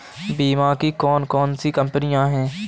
बीमा की कौन कौन सी कंपनियाँ हैं?